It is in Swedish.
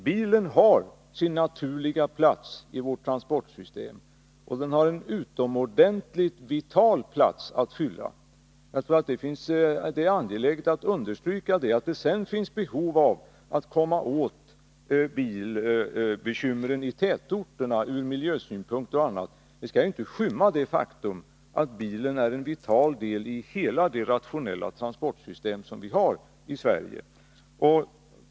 Bilen har sin naturliga plats i vårt transportsystem, och den har en utomordentligt vital plats att fylla. Jag tror att det är angeläget att understryka det. Att det finns behov av att komma åt bilbekymren i tätorterna ur miljösynpunkt m.m. skall inte skymma det faktum att bilen är en vital del i hela det rationella transportsystem som vi har i Sverige.